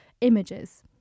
images